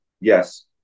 yes